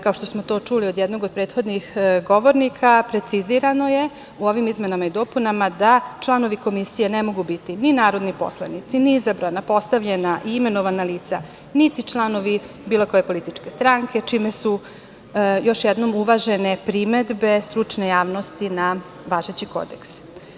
Kao što smo to čuli od jednog od prethodnih govornika, precizirano je u ovim izmenama i dopunama da članovi komisije ne mogu biti ni narodni poslanici, ni izabrana, postavljena i imenovana lica, niti članovi bilo koje političke strane, čime su još jednom uvažene primedbe stručne javnosti na važeći Kodeks.